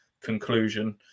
conclusion